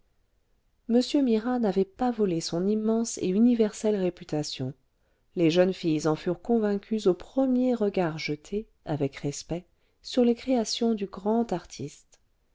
m mira n avait pas voie son immense et universelle réputation les jeunes filles en furent convaincues aux premiers regards jetés avec respect sur les créations du grand artiste